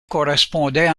correspondait